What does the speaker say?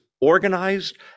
organized